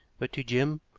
but to jim?